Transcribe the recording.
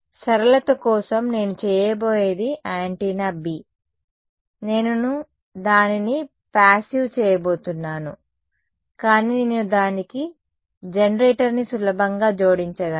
సరళత కోసం నేను చేయబోయేది యాంటెన్నా B నేను దానిని ప్యాసివ్ చేయబోతున్నాను కానీ నేను దానికి జెనరేటర్ని సులభంగా జోడించగలను